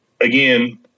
Again